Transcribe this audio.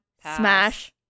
smash